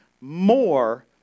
more